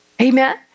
Amen